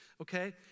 okay